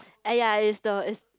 !aiya! it's the it's